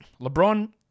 LeBron